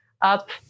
up